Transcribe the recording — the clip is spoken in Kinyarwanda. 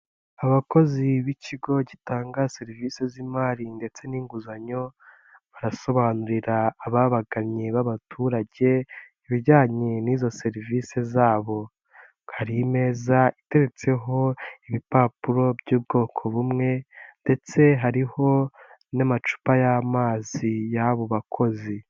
Abakozi b'ikigo gitanga serivisi z'imari ndetse n'inguzanyo barasobanurira ababagannye b'abaturage ibijyanye n'izo serivisi zabo hari imeza itetseho ibipapuro by'ubwoko bumwe ndetse hariho n'amacupa y'amazi y'abo bakozi.